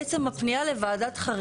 ולכן ההוראות המקלות שמפורטות כאן הן חלות